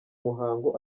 muhango